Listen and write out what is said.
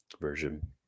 version